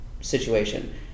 situation